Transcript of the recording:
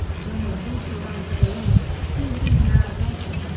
jennings also anchored a longer, fifteen hour version,